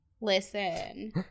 listen